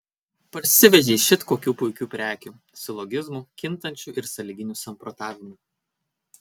parsivežei šit kokių puikių prekių silogizmų kintančių ir sąlyginių samprotavimų